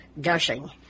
gushing